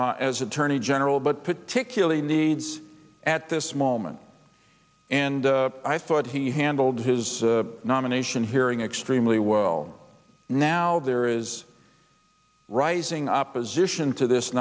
needs as attorney general but particularly needs at this moment and i thought he handled his nomination hearing extremely well now there is rising opposition to this